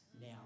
now